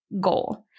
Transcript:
goal